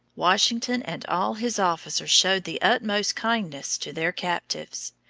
washington and all his officers showed the utmost kindness to their captives.